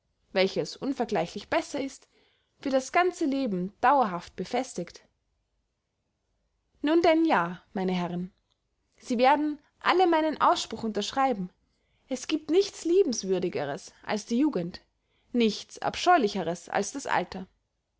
welches unvergleichlich besser ist für das ganze leben dauerhaft befestigt nun denn ja meine herrn sie werden alle meinen ausspruch unterschreiben es giebt nichts liebenswürdiges als die jugend nichts abscheulichers als das alter